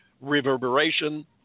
Reverberation